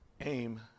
aim